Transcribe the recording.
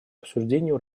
обсуждению